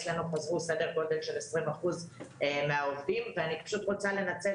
אצלנו חזרו סדר גודל של 20% מהעובדים ואני פשוט רוצה לנצל